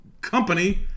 company